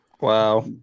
Wow